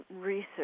research